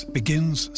begins